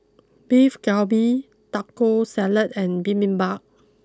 Beef Galbi Taco Salad and Bibimbap